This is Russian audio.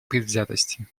предвзятости